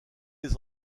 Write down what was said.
les